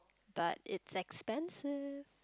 but it's expensive